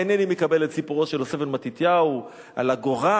אינני מקבל את סיפורו של יוסף בן מתתיהו על הגורל,